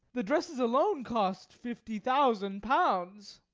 the dresses alone cost fifty thousand pounds.